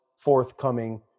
forthcoming